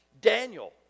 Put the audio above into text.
Daniel